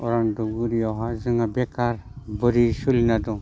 अरां धुपगुरियावहा जोङो बेखार बोरै सलिना दं